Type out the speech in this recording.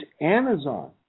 Amazon